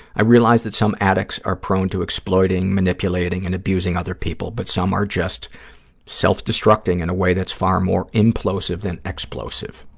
i realize that some addicts are prone to exploiting, manipulating and abusing other people, but some are just self-destructing in a way that's far more implosive than explosive.